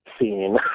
scene